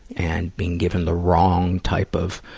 and being given the wrong type of